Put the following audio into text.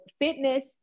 fitness